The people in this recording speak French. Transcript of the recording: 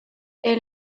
est